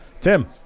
Tim